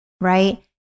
right